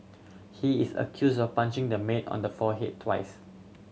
he is accused of punching the maid on her forehead twice